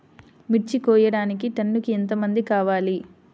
మిర్చి కోయడానికి టన్నుకి ఎంత మంది కావాలి?